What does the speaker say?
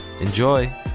Enjoy